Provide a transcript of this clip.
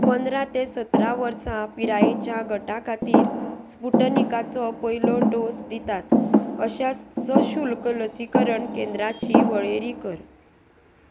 पंदरा ते सतरा वर्सां पिरायेच्या गटा खातीर स्पुटनिकाचो पयलो डोस दितात अशा सशुल्क लसीकरण केंद्राची वळेरी कर